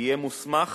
יהיה מוסמך